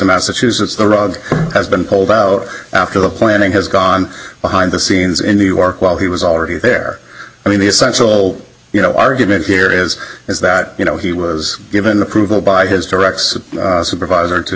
massachusetts the rug has been pulled out after the planning has gone behind the scenes in new york while he was already there i mean the essential you know argument here is is that you know he was given approval by his directs supervisor to